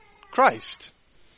Christ